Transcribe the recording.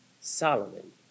Solomon